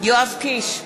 יואב קיש,